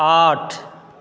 आठ